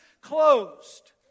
closed